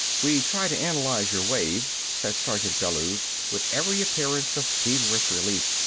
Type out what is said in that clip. we tried to analyze your wave, said sergeant bellews, with every appearance of feverish relief,